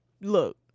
Look